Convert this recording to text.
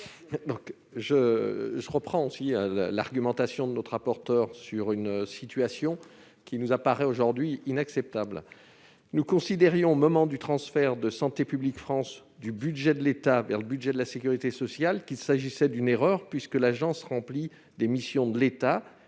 Je reprends à mon compte l'argumentation de notre rapporteure. La situation nous apparaît aujourd'hui inacceptable. Nous considérions au moment où a été décidé le transfert de Santé publique France du budget de l'État vers celui de la sécurité sociale qu'il s'agissait d'une erreur, puisque cette agence, qui remplit des missions de l'État,